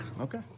Okay